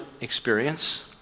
experience